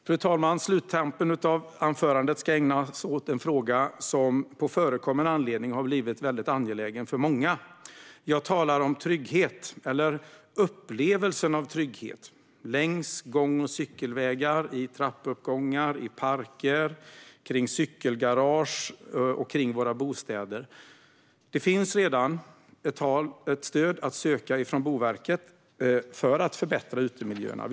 Fru talman! Sluttampen av anförandet ska ägnas åt en fråga som på förekommen anledning har blivit angelägen för många. Jag talar om trygghet, eller upplevelsen av trygghet, längs gång och cykelvägar, i trappuppgångar, i parker, kring cykelgarage och kring våra bostäder. Det finns redan ett stöd att söka från Boverket för att förbättra utemiljöerna.